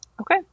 Okay